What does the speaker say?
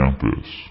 campus